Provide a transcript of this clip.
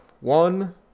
one